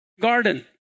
garden